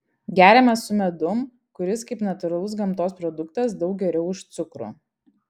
geriamas su medum kuris kaip natūralus gamtos produktas daug geriau už cukrų